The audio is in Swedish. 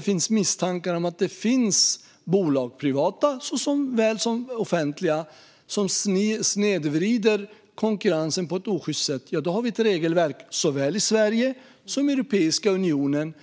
Finns det misstankar om att bolag, såväl privata som offentliga, snedvrider konkurrensen på ett osjyst sätt har vi ett regelverk för detta såväl i Sverige som i Europeiska unionen.